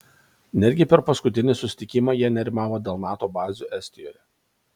netgi per paskutinį susitikimą jie nerimavo dėl nato bazių estijoje